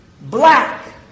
Black